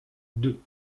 deux